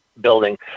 building